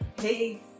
Hey